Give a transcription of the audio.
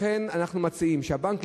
לכן אנחנו מציעים שהבנק,